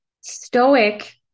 Stoic